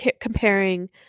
comparing